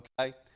okay